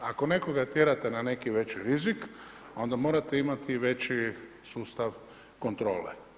Ako nekoga tjerate na neki veći rizik onda morate imati veći sustav kontrole.